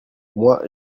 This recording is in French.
moi